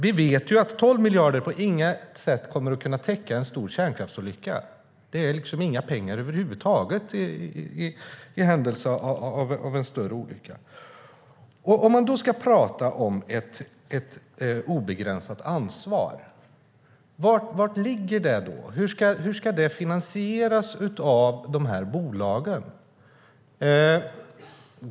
Vi vet att 12 miljarder på inga sätt kommer att kunna täcka en stor kärnkraftsolycka. Det är inga pengar över huvud taget i händelse av en större olycka. Om man då ska prata om ett obegränsat ansvar, var ligger det? Hur ska det finansieras av de här bolagen?